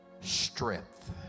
strength